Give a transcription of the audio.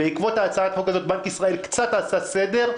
בעקבות הצעת החוק הזאת בנק ישראל עשה קצת סדר,